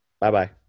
Bye-bye